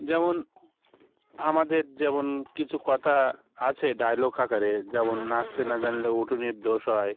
যেমন আমাদের যেমন কিছু কথা আছে ডায়লগ আকারে যেমন নাচতে না জানলে উঠোনের দোষ হয়